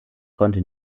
konnte